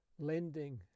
lending